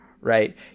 right